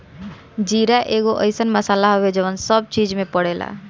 जीरा एगो अइसन मसाला हवे जवन सब चीज में पड़ेला